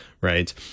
right